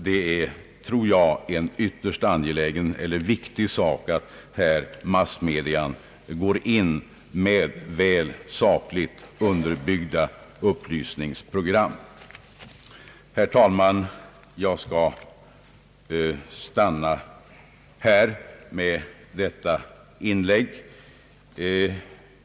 Det är, tror jag, ytterst angeläget att massmedia här går in med sakligt väl underbyggda upplysningsprogram. Herr talman! Jag skall stanna med vad jag nu anfört.